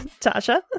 Tasha